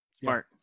Smart